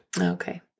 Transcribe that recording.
Okay